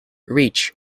reach